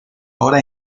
hora